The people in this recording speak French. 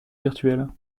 virtuel